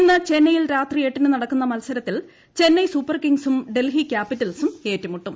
ഇന്ന് ചെന്നൈയിൽ രാത്രി എട്ടിന് നടക്കുന്ന മത്സരത്തിൽ ചെന്നൈ സൂപ്പർ കിംഗ്സും ഡൽഹി ക്യാപിറ്റൽസും ഏറ്റുമുട്ടും